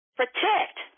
protect